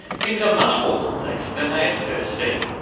things are much more complex than they at first seem.